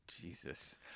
Jesus